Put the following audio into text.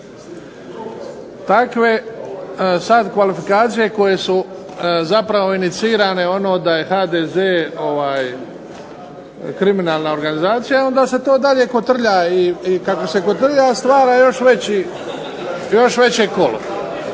sada kvalifikacije koje su zapravo inicirane da je HDZ kriminalna organizacije, onda se to dalje kotrlja i kako se kotrlja stvara još veće kolo.